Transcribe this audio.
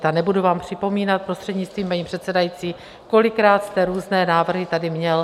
A nebudu vám připomínat, prostřednictvím paní předsedající, kolikrát jste různé návrhy tady měl.